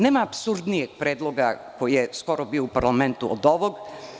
Nema apsurdnijeg predloga koji je skoro bio u parlamentu od ovog.